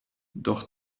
doch